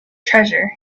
treasure